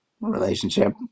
relationship